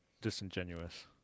disingenuous